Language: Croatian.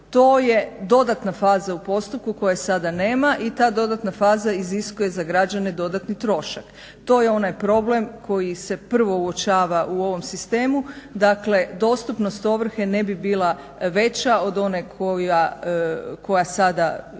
To je dodatna faza u postupku koje sada nema i ta dodatna faza iziskuje za građane dodatni trošak. To je onaj problem koji se prvo uočava u ovom sistemu, dakle dostupnost ovrhe ne bi bila veća od one koja sada